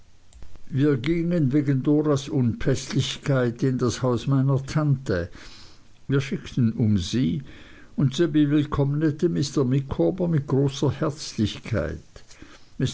wir gingen wegen doras unpäßlichkeit in das haus meiner tante wir schickten um sie und sie bewillkommte mr micawber mit großer herzlichkeit